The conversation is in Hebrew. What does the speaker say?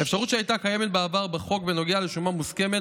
האפשרות שהייתה קיימת בעבר בחוק בנוגע לשומה מוסכמת